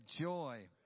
joy